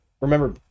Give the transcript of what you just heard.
remember